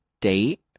date